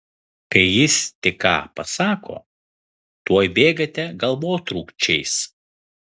kai jis tik ką pasako tuoj bėgate galvotrūkčiais